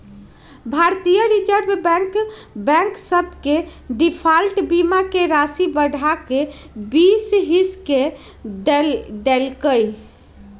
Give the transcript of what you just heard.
भारतीय reserve bank bank सभ के डिफॉल्ट बीमा के राशि बढ़ा कऽ बीस हिस क देल्कै